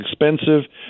expensive